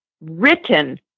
written